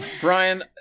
Brian